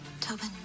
Tobin